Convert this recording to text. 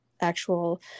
actual